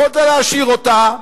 יכולת להשאיר אותה.